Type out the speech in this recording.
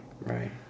right